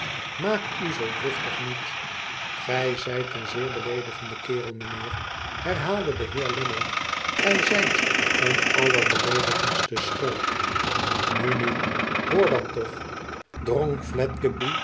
bedarend tmaaku zoo driftig nief toij zijt een zeer beleedigende kerel meneer herhaalde de heer lammie tgij zijt een auerbeleedigendste schurk nu nu hoor dan tochl drong